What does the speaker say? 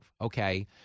okay